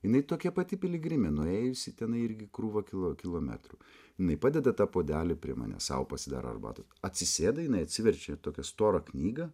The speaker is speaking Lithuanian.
jinai tokia pati piligrimė nuėjusi tenai irgi krūvą kilo kilometrų jinai padeda tą puodelį prie manęs sau pasidaro arbatos atsisėda jinai atsiverčia tokią storą knygą